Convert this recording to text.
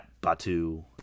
Batu